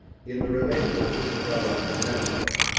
in the relation of isabella and angelo,